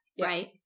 right